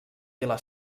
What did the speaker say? vila